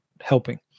helping